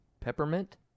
Peppermint